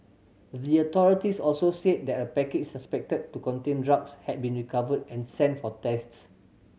the authorities also said that a package suspected to contain drugs had been recovered and sent for tests